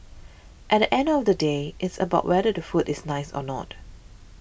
at end of the day it's about whether the food is nice or not